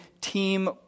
team